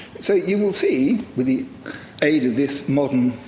so, you will see, with the aid of this modern,